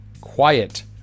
quiet